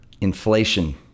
inflation